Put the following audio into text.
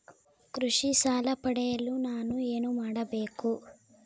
ಕೃಷಿ ಸಾಲವನ್ನು ಪಡೆಯಲು ನಾನು ಏನು ಮಾಡಬೇಕು?